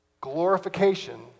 glorification